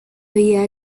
vida